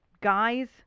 guys